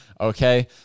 Okay